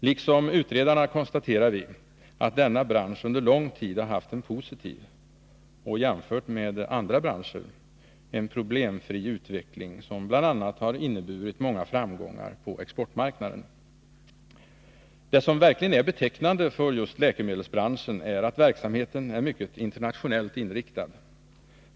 Liksom utredarna konstaterar vi att denna bransch under lång tid har haft en positiv och — jämfört med andra branscher — problemfri utveckling, som bl.a. har inneburit många framgångar på exportmarknaden. Det som verkligen är betecknande för just läkemedelsbranschen är att verksamheten är mycket internationellt inriktad.